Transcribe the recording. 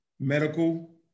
Medical